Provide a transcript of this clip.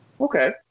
Okay